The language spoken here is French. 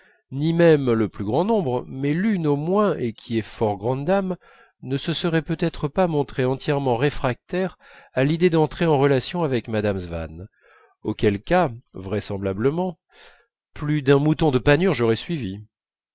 ni même le plus grand nombre mais l'une au moins et qui est une fort grande dame ne se serait peut-être pas montrée entièrement réfractaire à l'idée d'entrer en relations avec madame swann auquel cas vraisemblablement plus d'un mouton de panurge aurait suivi